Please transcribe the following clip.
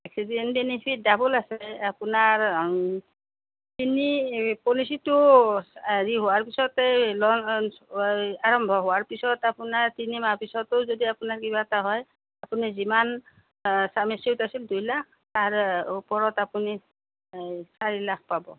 accident benefit double আছে আপোনাৰ তিনি পলিচিটো হেৰি হোৱাৰ পিছতেই লঞ্চ আৰম্ভ হোৱাৰ পিছত আপোনাৰ তিনিমাহ পিছতো যদি আপোনাৰ কিবা এটা হয় আপুনি যিমান চাম এচিয়ৰ আছিল দুইলাখ তাৰ ওপৰত আপুনি এই চাৰিলাখ পাব